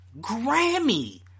Grammy